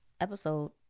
episode